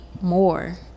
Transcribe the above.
more